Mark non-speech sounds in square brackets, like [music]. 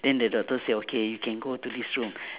then the doctor said okay you can go to this room [breath]